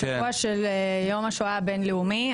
בשבוע הזה של יום השואה הבינלאומי,